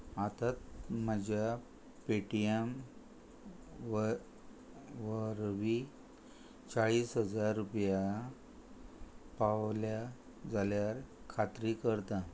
आतात म्हज्या पेटीएम व वरवीं चाळीस हजार रुपया पावल्या जाल्यार खात्री करतां